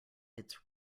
its